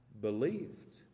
believed